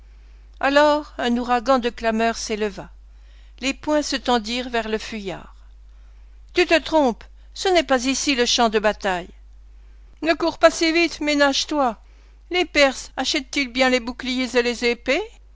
alors un ouragan de clameurs s'éleva les poings se tendirent vers le fuyard tu te trompes ce n'est pas ici le champ de bataille ne cours pas si vite ménage toi les perses achètent ils bien les boucliers et les épées